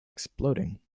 exploding